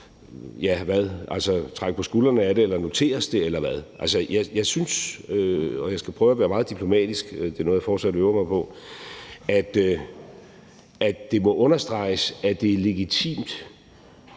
ja, hvad? Trække på skuldrene af det eller notere os det, eller hvad? Altså, jeg synes, og jeg skal prøve at være meget diplomatisk – det er noget, jeg fortsat øver mig på – at det må understreges, at det er legitimt